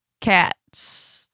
Cats